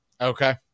Okay